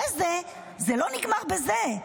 זה לא נגמר בזה.